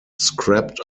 scrapped